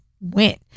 went